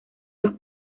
los